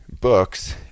books